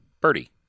Birdie